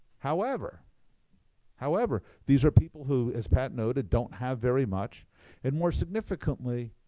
however however, these are people who, as pat noted, don't have very much, and more significantly,